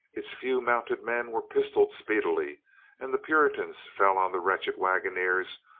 its few mounted men were pistoled speedily and the puritans fell on the wretched wag oners,